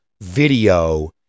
video